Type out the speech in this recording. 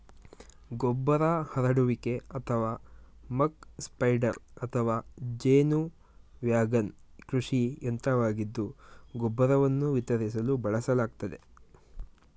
ಗೊಬ್ಬರ ಹರಡುವಿಕೆ ಅಥವಾ ಮಕ್ ಸ್ಪ್ರೆಡರ್ ಅಥವಾ ಜೇನು ವ್ಯಾಗನ್ ಕೃಷಿ ಯಂತ್ರವಾಗಿದ್ದು ಗೊಬ್ಬರವನ್ನು ವಿತರಿಸಲು ಬಳಸಲಾಗ್ತದೆ